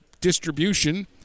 distribution